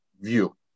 view